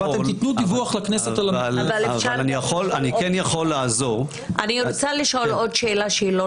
אבל --- ואתם תתנו דיווח לכנסת על --- אבל אפשר גם לשאול עוד שאלה?